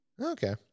Okay